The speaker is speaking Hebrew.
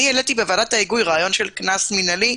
אני העליתי בוועדת ההיגוי רעיון של קנס מינהלי.